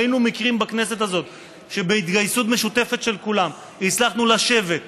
ראינו מקרים בכנסת הזאת שבהתגייסות משותפת של כולם הצלחנו לשבת,